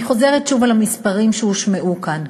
אני חוזרת שוב על המספרים שהושמעו כאן,